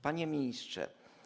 Panie Ministrze!